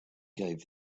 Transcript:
gave